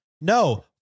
no